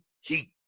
heat